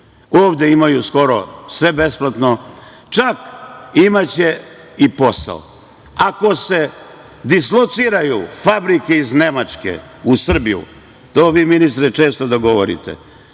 Ovde imaju skoro sve besplatno. Čak će imati i posao. Ako se dislociraju fabrike iz Nemačke u Srbiju, to vi, ministre, često da govorite,